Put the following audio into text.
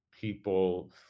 people